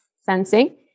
sensing